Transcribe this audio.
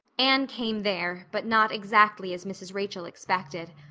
anne came there, but not exactly as mrs. rachel expected.